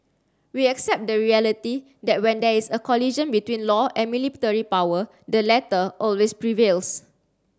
we accept the reality that when there is a collision between law and military power the latter always prevails